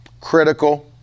critical